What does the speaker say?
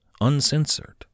uncensored